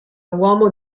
uomo